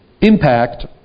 impact